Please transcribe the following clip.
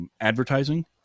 advertising